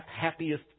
happiest